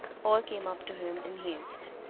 all came up to him in haste.